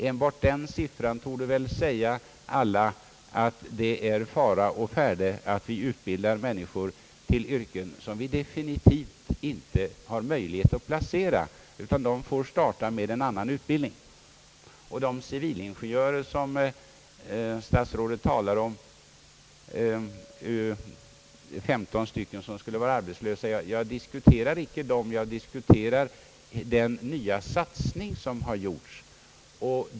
Enbart den siffran torde säga alla att det är fara värt att vi yrkesutbildar människor som vi definitivt inte har möjlighet att placera utan som får starta med en annan utbildning. Statsrådet talar om 15 civilingenjörer som skulle vara arbetslösa. Jag diskuterar inte dem utan den nya satsning som har gjorts.